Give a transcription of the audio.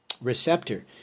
receptor